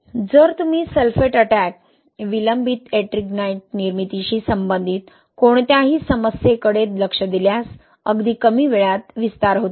जर तुम्ही sulphate attack विलंबित Ettringite निर्मितीशी संबंधित कोणत्याही समस्येकडे लक्ष दिल्यास अगदी कमी वेळात विस्तार होतो